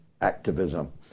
activism